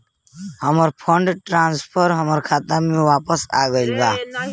हमर fund transfer हमर खाता में वापस आ गईल बा